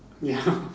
ya